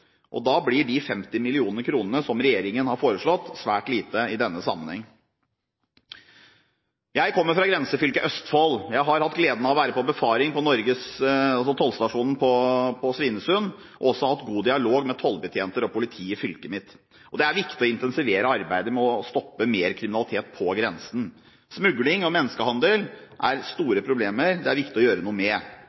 De 50 mill. kr som regjeringen har foreslått, blir i denne sammenheng svært lite. Jeg kommer fra grensefylket Østfold. Jeg har hatt gleden av å være på befaring på tollstasjonen på Svinesund og har også hatt god dialog med tollbetjenter og politi i fylket mitt. Det er viktig å intensivere arbeidet med å stoppe mer kriminalitet ved grensen. Smugling og menneskehandel er store problemer det er viktig å gjøre noe med.